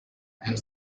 and